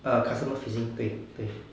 err customer facing 对对